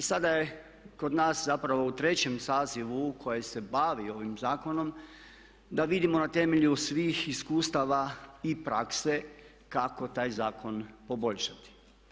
I sada je kod nas zapravo u trećem sazivu koji se bavi ovim zakonom da vidimo na temelju svih iskustava i prakse kako taj zakon poboljšati.